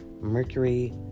Mercury